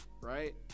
right